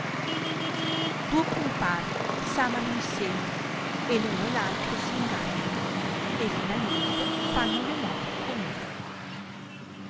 due compari s'amano insieme e l'uno e r altro s ingannano e finalmente fanno le mogli comuni